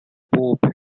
pope